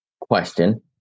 Question